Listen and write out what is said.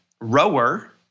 rower